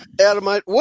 Adamite